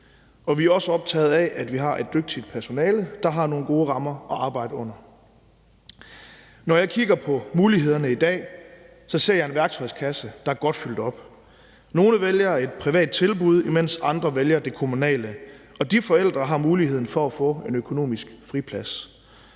vi er også optaget af, at vi har et dygtigt personale, der har nogle gode rammer at arbejde under. Når jeg kigger på mulighederne i dag, ser jeg en værktøjskasse, der er godt fyldt op. Nogle vælger et privat tilbud, mens andre vælger det kommunale, og de forældre har muligheden for at få en økonomisk friplads.